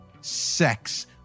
sex